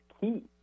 key